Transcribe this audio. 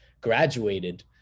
graduated